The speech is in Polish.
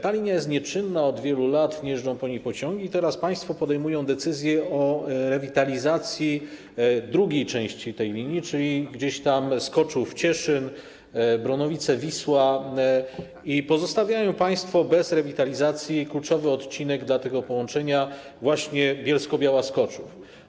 Ta linia jest nieczynna od wielu lat, nie jeżdżą tam pociągi, a teraz państwo podejmują decyzję o rewitalizacji drugiej części tej linii, czyli gdzieś tam Skoczów - Cieszyn, Bronowice - Wisła, i pozostawiają państwo bez rewitalizacji kluczowy odcinek właśnie dla tego połączenia Bielsko-Biała - Skoczów.